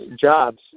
jobs